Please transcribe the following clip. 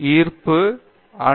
பேராசிரியர் பிரதாப் ஹரிதாஸ் ஆமாம்